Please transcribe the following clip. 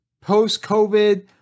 post-COVID